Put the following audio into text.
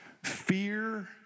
Fear